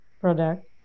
product